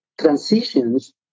transitions